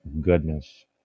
goodness